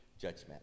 judgment